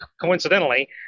Coincidentally